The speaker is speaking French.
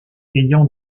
ayant